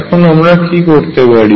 এখন আমরা কি করতে পারি